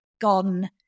gone